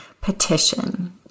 petition